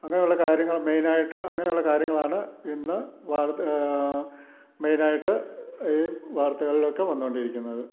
അങ്ങനെയുള്ള കാര്യങ്ങൾ മെയിനായിട്ട് അങ്ങനെയുള്ള കാര്യങ്ങളാണ് ഇന്ന് വാർത്ത മെയിൻ ആയിട്ട് ഈ വാർത്തകളിലൊക്കെ വന്നു കൊണ്ടിരിക്കുന്നത്